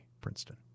Princeton